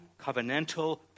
covenantal